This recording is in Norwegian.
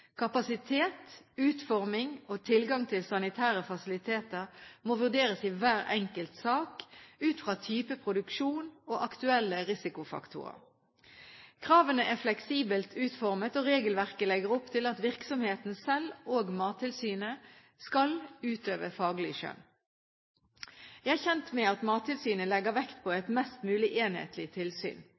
Kapasitet, utforming og tilgang til sanitære fasiliteter må vurderes i hver enkelt sak, ut fra type produksjon og aktuelle risikofaktorer. Kravene er fleksibelt utformet, og regelverket legger opp til at virksomheten selv og Mattilsynet skal utøve faglig skjønn. Jeg er kjent med at Mattilsynet legger vekt på et mest mulig enhetlig tilsyn.